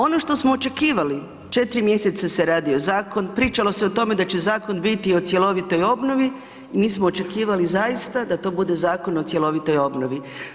Ono što smo očekivali 4 mjeseca se radio zakon, pričalo se o tome da će zakon bit o cjelovitoj obnovi, mi smo očekivali zaista da to bude zakon o cjelovitoj obnovi.